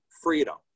freedom